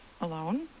alone